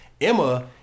Emma